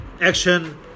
action